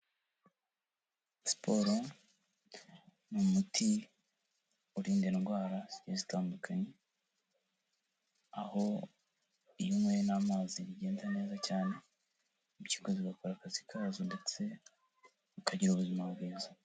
Siporo ni umuti urinda indwara zigiye zitandukanye, aho iyo unyweye n'amazi bigenda neza cyane impyiko zigakora akazi kazo ndetse ukagira ubuzima bwiza.